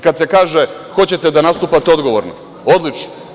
Kad se kaže – hoćete da nastupate odgovorno, odlično.